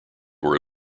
were